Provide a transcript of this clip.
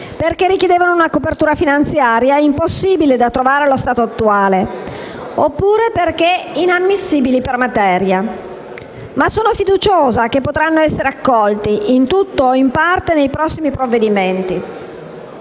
perché richiedevano una copertura finanziaria impossibile da trovare allo stato attuale oppure perché inammissibili per materia. Ma sono fiduciosa che potranno essere accolte, in tutto o in parte, nei prossimi provvedimenti.